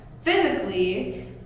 physically